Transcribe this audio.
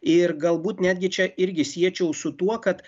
ir galbūt netgi čia irgi siečiau su tuo kad